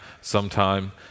sometime